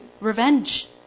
revenge